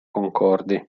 concordi